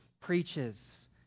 preaches